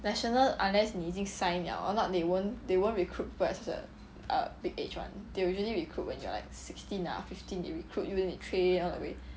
national unless 你已经 sign liao or not they won't they won't recruit people at such a big age they will usually recruit when you're like sixteen ah fifteen they recruit then they train all the way